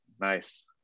nice